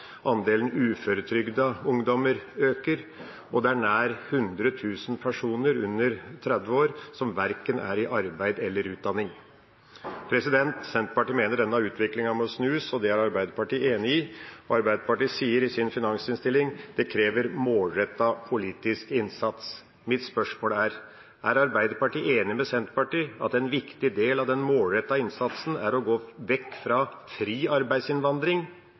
Andelen uføretrygdede ungdommer øker, og det er nær 100 000 personer under 30 år som verken er i arbeid eller under utdanning. Senterpartiet mener denne utviklingen må snus, og det er Arbeiderpartiet enig i. Arbeiderpartiet sier i komitéinnstillingen: «Det krever målrettet politisk innsats.» Mitt spørsmål er: Er Arbeiderpartiet enig med Senterpartiet i at en viktig del av den målrettede innsatsen er å gå vekk fra fri arbeidsinnvandring